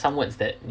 some words thar